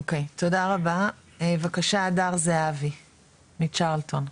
אוקי, תודה רבה, בבקשה, אדר זהבי מ'צ'רלטון'.